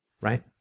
right